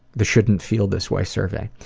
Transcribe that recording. the shouldn't feel this way survey,